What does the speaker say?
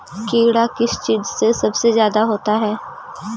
कीड़ा किस चीज से सबसे ज्यादा होता है?